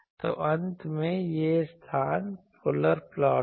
तो अंत में यह स्थान पोलर प्लॉट है